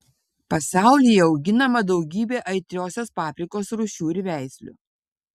pasaulyje auginama daugybė aitriosios paprikos rūšių ir veislių